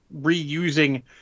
reusing